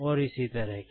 और इसी तरह के